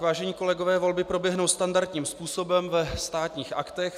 Vážení kolegové, volby proběhnou standardním způsobem ve Státních aktech.